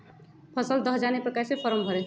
फसल दह जाने पर कैसे फॉर्म भरे?